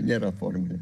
nėra formulės